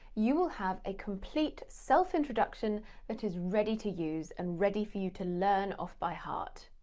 you will have a complete self introduction that is ready to use and ready for you to learn off by heart.